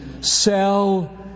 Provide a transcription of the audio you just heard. sell